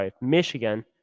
Michigan